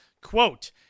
Quote